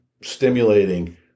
stimulating